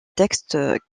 textes